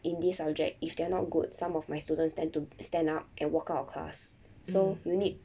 in this object if they are not good some of my students tend to stand up and walk out of class so you need